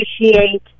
appreciate